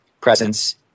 presence